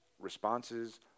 responses